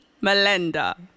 Melinda